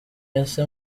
ese